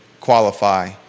qualify